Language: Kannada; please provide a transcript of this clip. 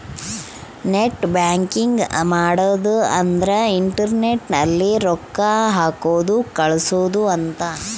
ನೆಟ್ ಬ್ಯಾಂಕಿಂಗ್ ಮಾಡದ ಅಂದ್ರೆ ಇಂಟರ್ನೆಟ್ ಅಲ್ಲೆ ರೊಕ್ಕ ಹಾಕೋದು ಕಳ್ಸೋದು ಅಂತ